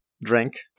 drink